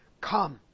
Come